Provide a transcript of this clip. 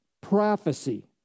prophecy